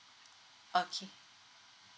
okay